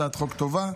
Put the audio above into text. היא הצעת חוק טובה.